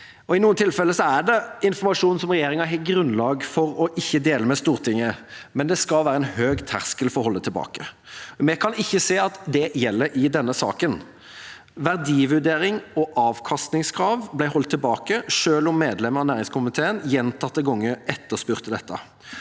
I noen tilfeller er det informasjon som regjeringa har grunnlag for ikke å dele med Stortinget, men det skal være en høy terskel for å holde tilbake. Vi kan ikke se at det gjelder i denne saken. Verdivurdering og avkastningskrav ble holdt tilbake, selv om medlemmer av næringskomiteen gjentatte ganger etterspurte dette.